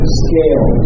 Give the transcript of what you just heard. scale